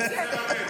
חסרה לה מ"ם.